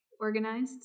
organized